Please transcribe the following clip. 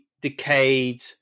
decayed